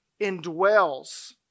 indwells